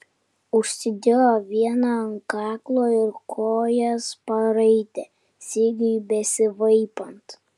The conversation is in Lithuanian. užsidėjo vieną ant kaklo ir kojas paraitė sigiui besivaipant